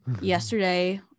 yesterday